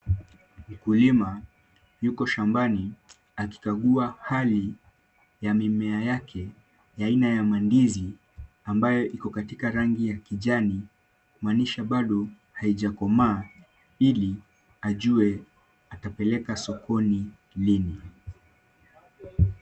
Mkulima yuko shambani akikagua hali ya mimea yake ya aina ya mandizi ambayo iko katika rangi ya kijani kumaanisha bado haijakomaa ajue atapeleka sokoni lini.